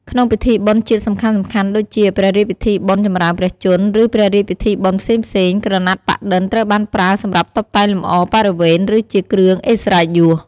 ក្នុងពិធីបុណ្យជាតិសំខាន់ៗដូចជា ព្រះរាជពិធីបុណ្យចម្រើនព្រះជន្ម ឬព្រះរាជពិធីបុណ្យផ្សេងៗ ក្រណាត់ប៉ាក់-ឌិន ត្រូវបានប្រើសម្រាប់តុបតែងលម្អបរិវេណ ឬជាគ្រឿងឥស្សរិយយស។